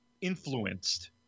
influenced